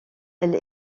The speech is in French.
elle